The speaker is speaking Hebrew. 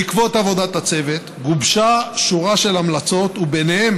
בעקבות עבודת הצוות גובשה שורה של המלצות, וביניהן